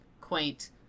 quaint